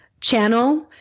channel